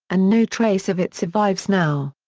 and no trace of it survives now.